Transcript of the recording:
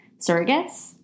surrogates